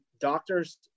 doctors